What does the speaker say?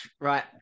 Right